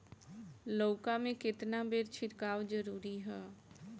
लउका में केतना बेर छिड़काव जरूरी ह?